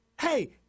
Hey